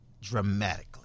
dramatically